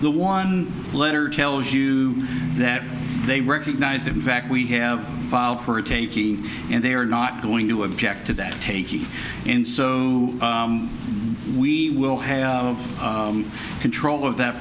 the one letter tells you that they recognize that in fact we have filed for a taking and they are not going to object to that taking and so we will have control of that